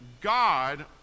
God